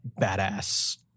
badass